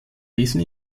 ließen